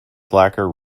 slacker